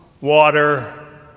water